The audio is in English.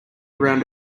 around